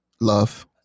Love